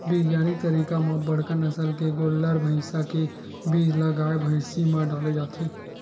बिग्यानिक तरीका म बड़का नसल के गोल्लर, भइसा के बीज ल गाय, भइसी म डाले जाथे